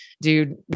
dude